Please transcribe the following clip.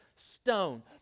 stone